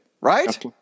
Right